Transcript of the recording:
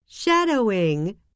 Shadowing